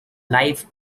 live